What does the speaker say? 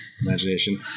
imagination